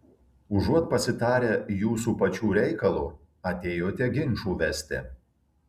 užuot pasitarę jūsų pačių reikalu atėjote ginčų vesti